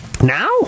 Now